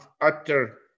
utter